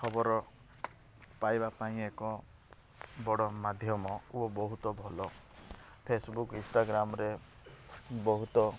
ଖବର ପାଇବା ପାଇଁ ଏକ ବଡ଼ ମାଧ୍ୟମ ଓ ବହୁତ ଭଲ ଫେସବୁକ୍ ଇନ୍ଷ୍ଟାଗ୍ରାମ୍ରେ ବହୁତ